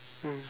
mm